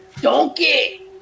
Donkey